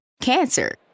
cancer